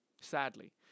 sadly